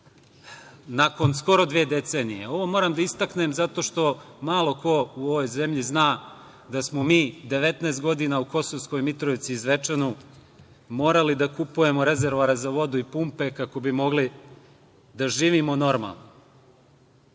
nakon skoro dve decenije. Ovo moram da istaknem zato što malo ko u ovoj zemlji zna da smo mi 19 godina u Kosovskoj Mitrovici i Zvečanu morali da kupujemo rezervoare za vodu i pumpe kako bi mogli da živimo normalno. Privodi